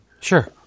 Sure